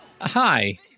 Hi